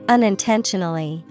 Unintentionally